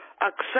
accept